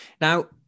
Now